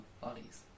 bodies